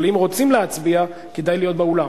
אבל אם רוצים להצביע כדאי להיות באולם.